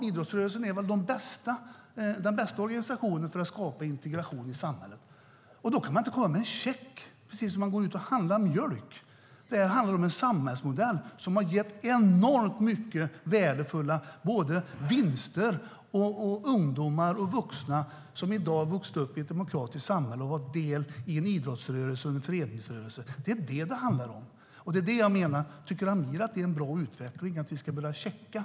Idrottsrörelsen är väl den bästa organisationen för att skapa integration i samhället. Då kan man inte komma med en check, precis som när man handlar mjölk. Det här handlar om en samhällsmodell som har gett enormt värdefulla vinster för ungdomar och vuxna som har vuxit upp i ett demokratiskt samhälle och har varit med i en idrottsrörelse eller en föreningsrörelse. Det är detta det handlar om. Tycker Amir att det är en bra utveckling att vi ska börja ha checkar?